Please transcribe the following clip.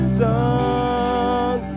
song